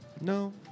No